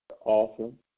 awesome